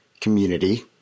community